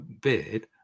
beard